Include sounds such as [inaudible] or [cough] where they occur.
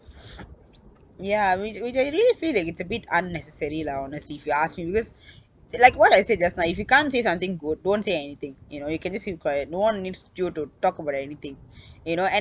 [breath] ya which which I really feel that it's a bit unnecessary lah honestly if you ask me because [breath] like what I said just now if you can't say something good don't say anything you know you can just keep quiet no one needs you to talk about anything [breath] you know and